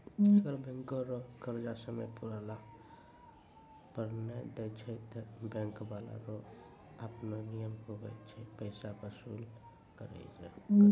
अगर बैंको रो कर्जा समय पुराला पर नै देय छै ते बैंक बाला रो आपनो नियम हुवै छै पैसा बसूल करै रो